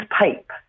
Pipe